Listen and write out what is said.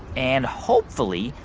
and hopefully,